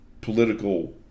political